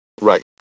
Right